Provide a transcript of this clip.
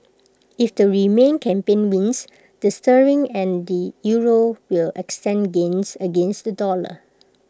if the remain campaign wins the sterling and the euro will extend gains against the dollar